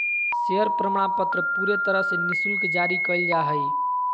share प्रमाणपत्र पूरे तरह से निःशुल्क जारी कइल जा हइ